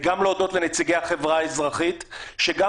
וגם להודות לנציגי החברה האזרחית שגם